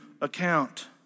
account